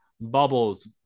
Bubbles